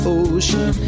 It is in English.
ocean